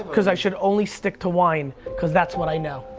because i should only stick to wine because that's what i know.